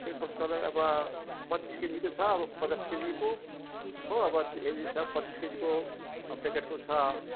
एक बस्तालाई अब पच्चिस केजीको छ अब पचास केजीको हो त्यो अब हेरी हेरी छ पच्चिस केजीको अब प्याकेटको छ